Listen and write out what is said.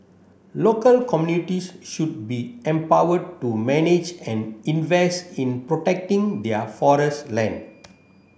local communities should be empowered to manage and invest in protecting their forest land